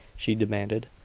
she demanded.